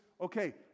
Okay